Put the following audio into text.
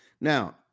Now